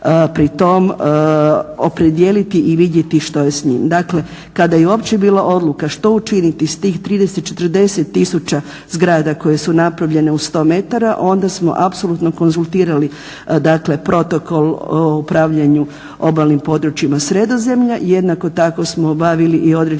pritom opredijeliti i vidjeti što je s njim. Dakle, kada je uopće bila odluka što učiniti s tih 30, 40 tisuća zgrada koje su napravljene u 100 m onda smo apsolutno konzultirali dakle Protokol o upravljanju obalnim područjima Sredozemlja i jednako tako smo obavili i određene